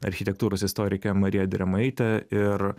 architektūros istorikę mariją drėmaitę ir